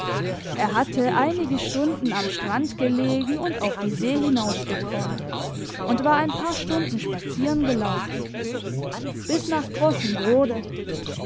er hatte einige stunden am strand gelegen und auf die see hinausgeträumt und war ein paar stunden spazieren gelaufen bis nach grossenbrode